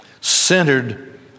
centered